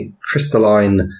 crystalline